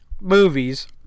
movies